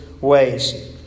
ways